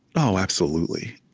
oh, absolutely,